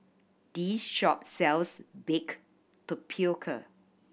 this shop sells baked tapioca